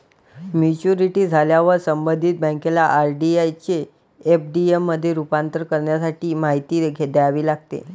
maturity झाल्यावर संबंधित बँकेला आर.डी चे एफ.डी मध्ये रूपांतर करण्यासाठी माहिती द्यावी लागते